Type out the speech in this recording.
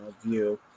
view